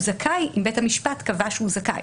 הוא זכאי אם בית המשפט קבע שהוא זכאי.